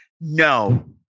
No